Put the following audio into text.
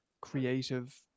creative